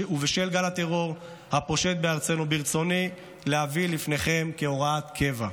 ובשל גל הטרור הפושט בארצנו ברצוני להביאה לפניכם כהוראת קבע.